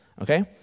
okay